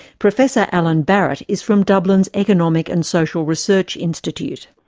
professor alan barrett is from dublin's economic and social research institute.